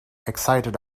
excited